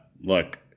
look